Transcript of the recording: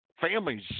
Families